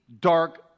dark